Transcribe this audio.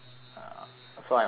so I'm oblivious